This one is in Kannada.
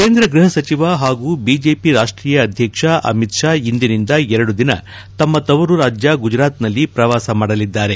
ಕೇಂದ್ರ ಗೃಹ ಸಚಿವ ಹಾಗೂ ಬಿಜೆಪಿ ರಾಷ್ಟೀಯ ಅಧ್ಯಕ್ಷ ಅಮಿತ್ ಶಾ ಇಂದಿನಿಂದ ಎರಡು ದಿನ ತಮ್ಮ ತವರು ರಾಜ್ಯ ಗುಜರಾತ್ನಲ್ಲಿ ಪ್ರವಾಸ ಮಾಡಲಿದ್ದಾರೆ